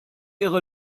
ihre